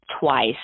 twice